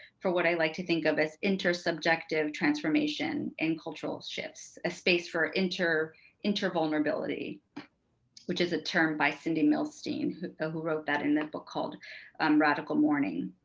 for what i like to think of as intersubjective transformation and cultural shifts, a space for inter inter vulnerability which is a term by cindy milstein who ah who wrote that in the book called um radical morning.